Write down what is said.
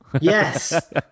Yes